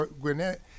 Gwinnett